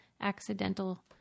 accidental